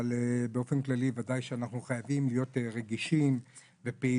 אבל באופן כללי בוודאי שאנחנו חייבים להיות רגישים ופעילים,